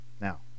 Now